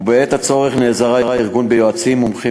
ובעת הצורך הארגון נעזר ביועצים מומחים